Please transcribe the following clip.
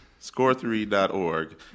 score3.org